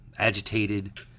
Agitated